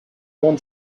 want